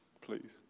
please